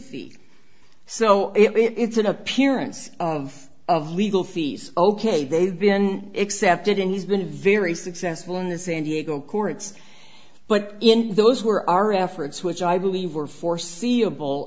fees so it's an appearance of of legal fees ok they've been excepted and he's been very successful in the san diego courts but in those were our efforts which i believe were foreseeable